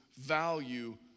value